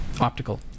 optical